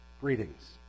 greetings